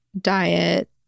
diet